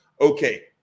okay